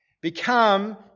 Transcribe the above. become